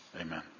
Amen